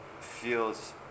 feels